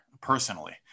personally